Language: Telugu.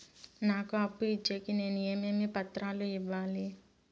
నాకు అప్పు ఇచ్చేకి నేను ఏమేమి పత్రాలు ఇవ్వాలి